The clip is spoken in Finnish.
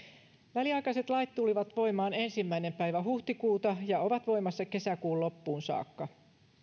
väliaikaiset lait tulivat voimaan ensimmäinen päivä huhtikuuta ja ovat voimassa kesäkuun loppuun saakka